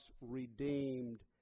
redeemed